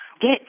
get